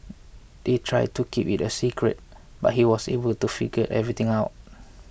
they tried to keep it a secret but he was able to figure everything out